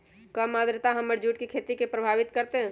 कम आद्रता हमर जुट के खेती के प्रभावित कारतै?